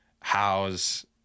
house